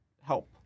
help